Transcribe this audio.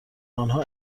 آنها